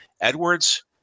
Edwards